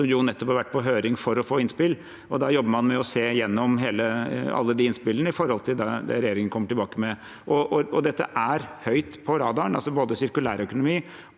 som nettopp har vært på høring for å få innspill. Man jobber med å se gjennom alle de innspillene med tanke på det regjeringen kommer tilbake med. Dette er høyt på radaren. Både sirkulær økonomi